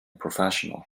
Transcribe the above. professional